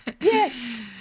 Yes